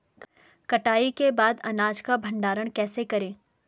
कटाई के बाद अनाज का भंडारण कैसे करें?